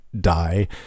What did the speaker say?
die